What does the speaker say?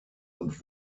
und